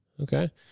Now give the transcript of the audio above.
Okay